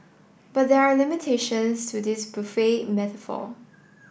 but there are limitations to this buffet metaphor